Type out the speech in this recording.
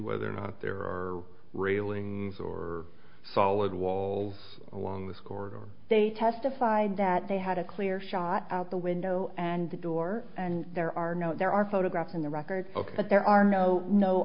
whether or not there are railings or solid walls along this corridor or they testified that they had a clear shot out the window and the door and there are no there are photographs in the record but there are no no